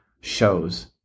shows